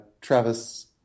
Travis